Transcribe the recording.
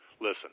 listen